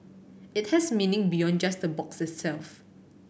it has meaning beyond just the box itself